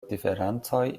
diferencoj